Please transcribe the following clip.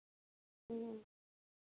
ᱦᱩᱸ